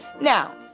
Now